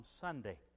Sunday